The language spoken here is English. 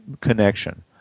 connection